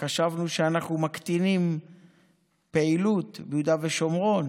חשבנו שאנחנו מקטינים פעילות ביהודה ושומרון.